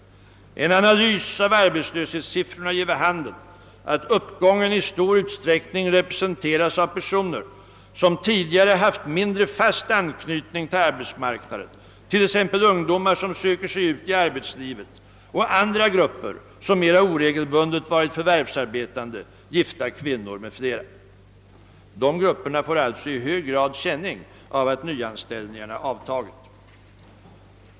En analys av arbetslöshetssiffrorna ger vid handen att uppgången i stor utsträckning representeras av personer som tidigare haft mindre fast anknytning till arbetsmarknaden, d. v. s. ungdomar som söker sig ut i arbetslivet och andra grupper som mera oregelbundet varit förvärvsarbetande, gifta kvinnor m.fl.» Dessa grupper får alltså i hög grad känning av att nyanställningarna avtagit.